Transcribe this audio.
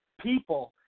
people